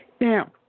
now